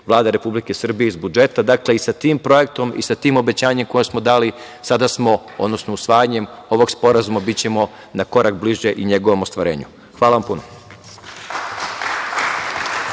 Vlada Republike Srbije iz budžeta. Dakle, sa tim projektom i sa tim obećanjem koje smo dali sada smo, odnosno usvajanjem ovog sporazuma, bićemo na korak bliže i njegovom ostvarenju. Hvala vam puno.